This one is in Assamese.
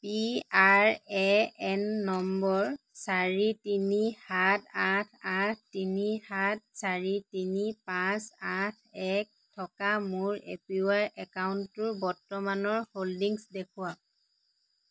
পি আৰ এ এন নম্বৰ চাৰি তিনি সাত আঠ আঠ তিনি সাত চাৰি তিনি পাঁচ আঠ এক থকা মোৰ এ পি ৱাই একাউণ্টটোৰ বৰ্তমানৰ হোল্ডিংছ দেখুৱাওক